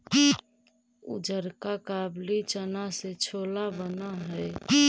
उजरका काबली चना से छोला बन हई